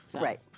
Right